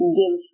give